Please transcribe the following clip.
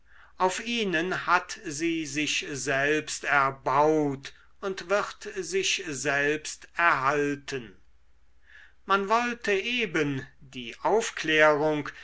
auf ihnen hat sie sich selbst erbaut und wird sich selbst erhalten man wollte eben die aufklärung